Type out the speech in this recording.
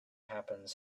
happens